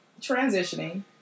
transitioning